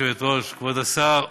כבוד השר,